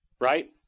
right